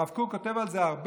הרב קוק כותב על זה הרבה.